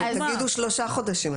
אז שלושה חודשים,